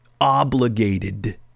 obligated